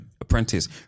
apprentice